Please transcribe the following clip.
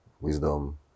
wisdom